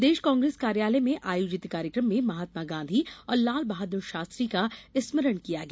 प्रदेश कांग्रेस कार्यालय में आयोजित कार्यक्रम में महात्मा गांधी और लालबहादुर शास्त्री का स्मरण किया गया